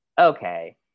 okay